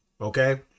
okay